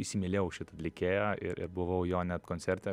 įsimylėjau šitą atlikėją ir ir buvau jo net koncerte